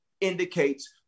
indicates